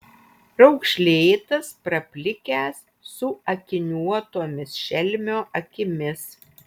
raukšlėtas praplikęs su akiniuotomis šelmio akimis